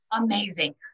amazing